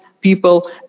people